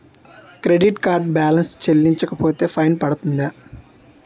Credit card balance చెల్లించకపోతే fine పడ్తుంద?